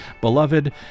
beloved